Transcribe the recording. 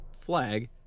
flag